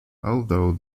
although